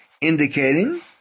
indicating